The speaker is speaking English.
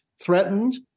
threatened